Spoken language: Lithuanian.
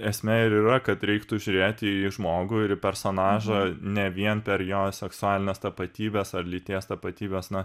esmė ir yra kad reiktų žiūrėti į žmogų ir personažą ne vien per jo seksualines tapatybes ar lyties tapatybės na